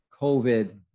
COVID